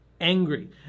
angry